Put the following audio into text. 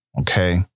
okay